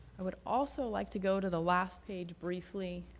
i would also like to go to the last page briefly.